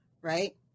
Right